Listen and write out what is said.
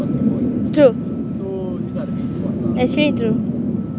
true actually true